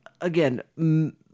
again